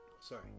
Sorry